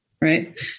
right